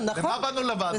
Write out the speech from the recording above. למה באנו לוועדה?